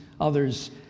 others